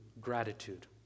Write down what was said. gratitude